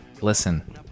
Listen